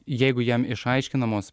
jeigu jam išaiškinamos